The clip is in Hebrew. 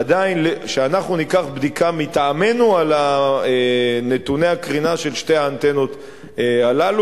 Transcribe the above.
שאנחנו נעשה בדיקה מטעמנו על נתוני הקרינה של שתי האנטנות האלה,